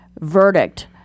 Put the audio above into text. verdict